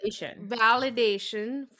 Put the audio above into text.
Validation